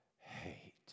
Hate